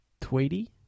Tweety